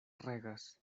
regas